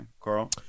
Carl